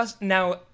Now